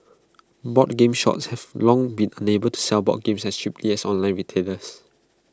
board game shops have long been unable to sell board games as cheaply as online retailers